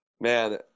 Man